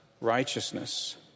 righteousness